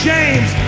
James